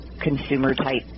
consumer-type